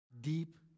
deep